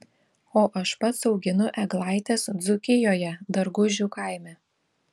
o aš pats auginu eglaites dzūkijoje dargužių kaime